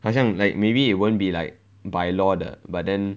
好像 like maybe it won't be like by law 的 but then